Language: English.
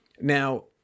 Now